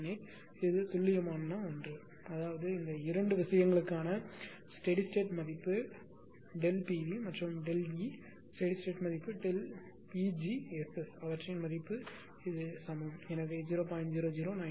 0098 துல்லியமான ஒன்று அதாவது இந்த 2 விஷயங்களுக்கான ஸ்டெடி ஸ்டேட் மதிப்பு Pv மற்றும் ΔE ஸ்டெடி ஸ்டேட் மதிப்பு PgSS அவற்றின் மதிப்பு சமம் எனவே 0